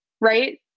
right